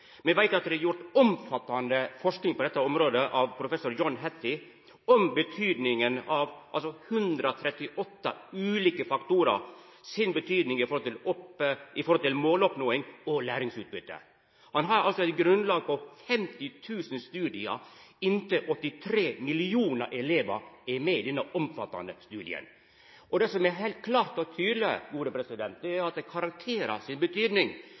Me veit at de er gjort omfattande forsking på dette området av professor John Hattie om betydinga av 138 ulike faktorar for måloppnåing og læringsutbytte. Han har eit grunnlag på 50 000 studiar – inntil 83 millionar elevar er med i denne omfattande studien. Det som er heilt klart og tydeleg, er at